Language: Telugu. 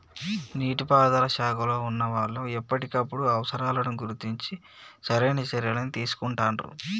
నీటి పారుదల శాఖలో వున్నా వాళ్లు ఎప్పటికప్పుడు అవసరాలను గుర్తించి సరైన చర్యలని తీసుకుంటాండ్రు